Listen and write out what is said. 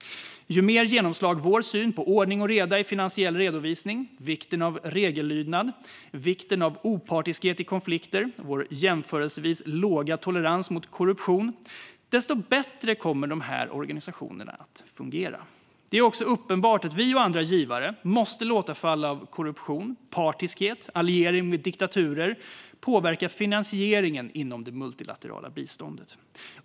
Ju större genomslag vår syn på ordning och reda i finansiell redovisning och vikten av regellydnad och opartiskhet i konflikter samt vår jämförelsevis låga tolerans för korruption får, desto bättre kommer dessa organisationer att fungera. Det är också uppenbart att vi och andra givare måste låta fall av korruption, partiskhet och alliering med diktaturer påverka finansieringen inom det multilaterala biståndet.